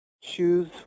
choose